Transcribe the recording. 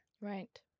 Right